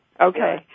Okay